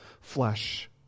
flesh